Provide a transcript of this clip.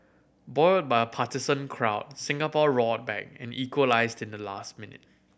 buoyed by a partisan crowd Singapore roared back and equalised in the last minute